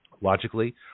Logically